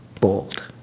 bold